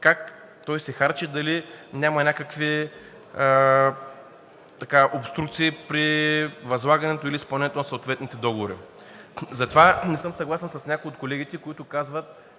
как той се харчи, дали няма някакви обструкции при възлагането или изпълнението на съответните договори. Затова не съм съгласен с някои от колегите, които казват,